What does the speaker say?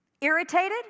Irritated